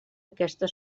aquesta